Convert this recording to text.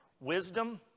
Wisdom